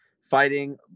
fighting